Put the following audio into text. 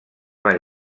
van